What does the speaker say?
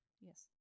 Yes